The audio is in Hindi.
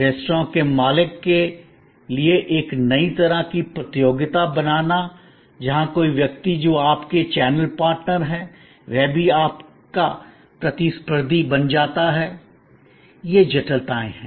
रेस्तरां के मालिकों के लिए एक नई तरह की प्रतियोगिता बनाना जहां कोई व्यक्ति जो आपके चैनल पार्टनर है वह भी आपका प्रतिस्पर्धी बन जाता है ये जटिलताएं हैं